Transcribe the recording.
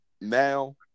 now